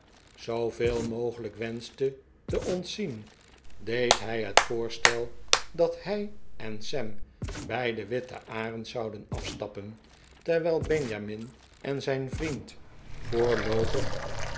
zooveel mogelijk wenschte te ontzien deed hij het voorstel dat hij en sam bij de witte arend zouden afstappen terwijl benjamin en zijn vriend voorloopig